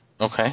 Okay